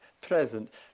present